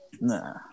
nah